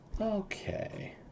Okay